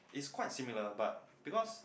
it's quite similar but because